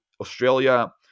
Australia